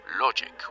Logic